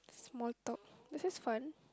small talk this is fun